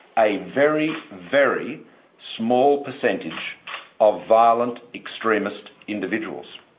a very, very small percentage of violent extremist individuals.